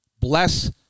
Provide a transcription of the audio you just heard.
Bless